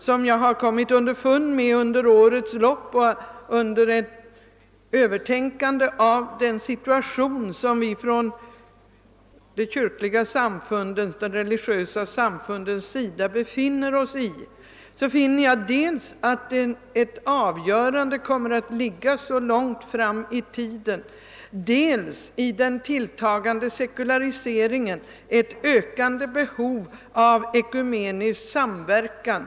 Men jag har vid ett övertänkande av den si-, tuation, som vi inom de religiösa samfunden befinner oss i, funnit dels :att ett avgörande kommer att ligga långt fram i:tiden, dels att den tilltagånde sekulariseringen leder till ökat behov av en ekumenisk samverkan.